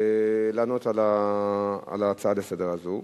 לענות על ההצעה לסדר הזו.